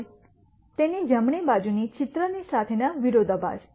હવે તેની જમણી બાજુની ચિત્ર સાથેના વિરોધાભાસ